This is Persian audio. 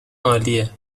عالیه